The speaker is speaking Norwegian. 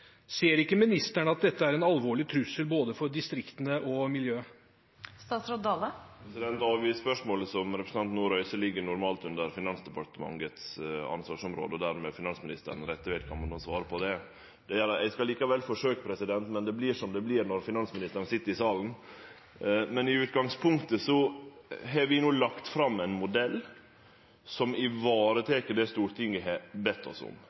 Ser ikke ministeren at dette er en alvorlig trussel for både distriktene og miljøet? Avgiftsspørsmålet som representanten nå reiser, ligg normalt under Finansdepartementets ansvarsområde, og dermed er finansministeren rette vedkomande til å svare på det. Eg skal likevel forsøkje, men det vert som det vert, når finansministeren sit i salen. I utgangspunktet har vi no lagt fram ein modell som varetek det Stortinget har bedt oss om,